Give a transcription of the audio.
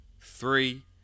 three